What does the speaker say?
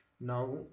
Now